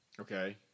Okay